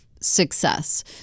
success